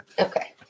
Okay